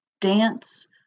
dance